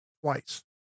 twice